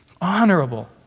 Honorable